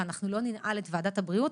ואנחנו לא ננעל את ועדת הבריאות